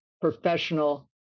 professional